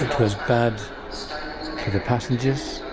was bad for the passengers,